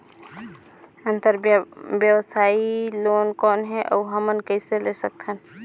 अंतरव्यवसायी लोन कौन हे? अउ हमन कइसे ले सकथन?